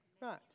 Right